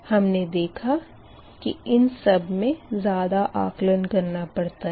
हमने देखा के इन सब में ज़्यादा आकलन करना पड़ता है